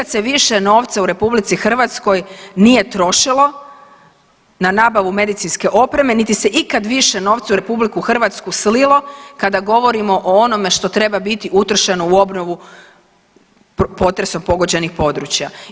se više novaca u RH nije trošilo na nabavu medicinske opreme, niti se ikada više novca u RH slilo kada govorimo o onome što treba biti utrošeno u obnovu potresom pogođenih područja.